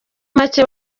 make